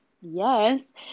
yes